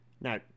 Now